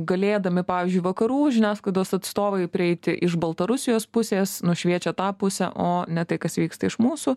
galėdami pavyzdžiui vakarų žiniasklaidos atstovai prieiti iš baltarusijos pusės nušviečia tą pusę o ne tai kas vyksta iš mūsų